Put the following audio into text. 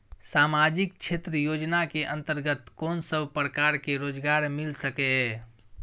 सामाजिक क्षेत्र योजना के अंतर्गत कोन सब प्रकार के रोजगार मिल सके ये?